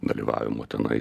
dalyvavimo tenais